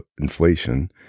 inflation